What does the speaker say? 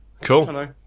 Cool